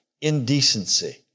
Indecency